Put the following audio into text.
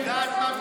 את יודעת מה,